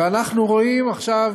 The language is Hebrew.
ואנחנו רואים עכשיו